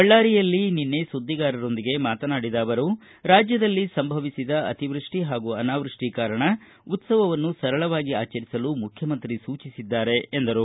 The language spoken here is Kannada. ಬಳ್ಳಾರಿಯಲ್ಲಿ ಸುದ್ದಿಗಾರೊಂದಿಗೆ ಮಾತನಾಡಿದ ಅವರು ರಾಜ್ಯದಲ್ಲಿ ಸಂಭವಿಸಿದ ಅತಿವೃಷ್ಠಿ ಹಾಗೂ ಅನಾವೃಷ್ಠಿ ಕಾರಣ ಉತ್ಸವವನ್ನು ಸರಳವಾಗಿ ಆಚರಿಸಲು ಮುಖ್ಯಮಂತ್ರಿ ಸೂಚಿಸಿದ್ದಾರೆ ಎಂದರು